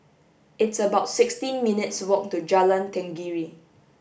it's about sixteent minutes' walk to Jalan Tenggiri